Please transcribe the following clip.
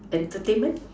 entertainment